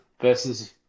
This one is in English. versus